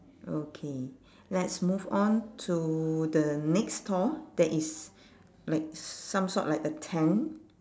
okay let's move on to the next stall that is like some sort like a tent